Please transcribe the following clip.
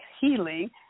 healing